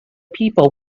people